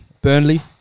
Burnley